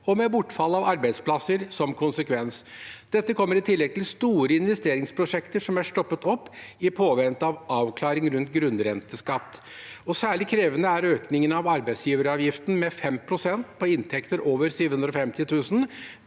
med bortfall av arbeidsplasser som konsekvens. Dette kommer i tillegg til store investeringsprosjekter som er stoppet opp i påvente av avklaring rundt grunnrenteskatt. Særlig krevende er økningen av arbeidsgiveravgiften med 5 pst. på inntekter over 750 000